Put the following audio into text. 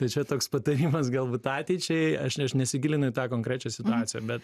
tai čia toks patarimas galbūt ateičiai aš nesigilinu į tą konkrečią situaciją bet